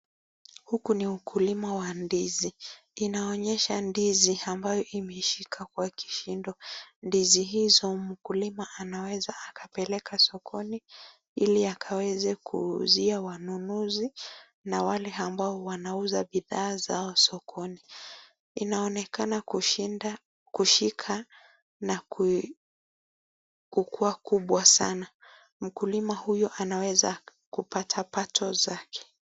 Huku ni ukulima wa ndizi. Inaonyesha ndizi ambayo imeshika kwa kishindo. Ndizi hizo mkulima anaweza akapeleka sokoni ili akaweze kuuzia wanunuzi na wale ambao wanauza bidhaa zao sokoni. Inaonekana kushinda kushika na kukuwa kubwa sanaa. Mkulima huyu anaweza kupata pato zake